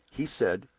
he said,